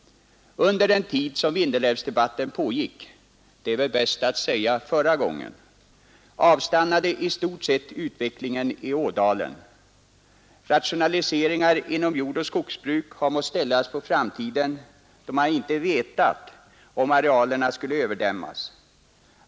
Under den tid Vindelälvsdebat 11 november 1971 ten pågick — det är väl bäst att säga förra gången — avstannade istort sett. utvecklingen i ådalen. Rationaliseringar inom jordoch skogsbruk har Ang. sysselsättningmåst ställas på framtiden, då man inte vetat om arealerna skulle en för befolkningen överdämmas.